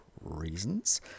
reasons